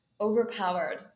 overpowered